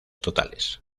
totales